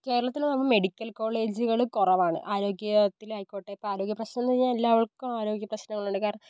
കേരളത്തിൽ നമുക്ക് മെഡിക്കൽ കോളേജുകൾ കുറവാണ് ആരോഗ്യത്തിൽ ആയിക്കോട്ടെ ഇപ്പോൾ ആരോഗ്യപ്രശ്നമെന്ന് പറഞ്ഞാൽ എല്ലാവർക്കും ആരോഗ്യ പ്രശ്നങ്ങളുണ്ട് കാരണം